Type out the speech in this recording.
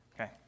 Okay